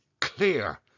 clear